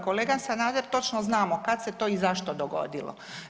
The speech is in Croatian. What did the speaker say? Kolega Sanader, točno znamo kad se to i zašto dogodilo.